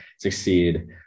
succeed